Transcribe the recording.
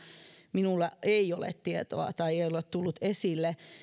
minulla ei ole tietoa tai ei ole tullut esille